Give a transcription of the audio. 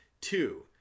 Two